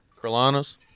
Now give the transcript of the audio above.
Carolina's